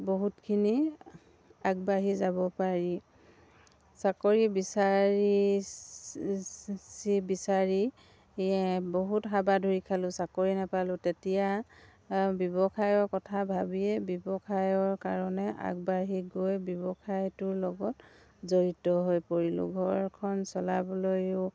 বহুতখিনি আগবাঢ়ি যাব পাৰি চাকৰি বিচাৰি বিচাৰি বহুত হাবাথুৰি খালোঁ চাকৰি নোপালোঁ তেতিয়া ব্যৱসায়ৰ কথা ভাবিয়ে ব্যৱসায়ৰ কাৰণে আগবাঢ়ি গৈ ব্যৱসায়টোৰ লগত জড়িত হৈ পৰিলোঁ ঘৰখন চলাবলৈয়ো